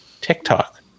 TikTok